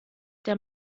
der